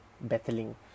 battling